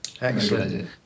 Excellent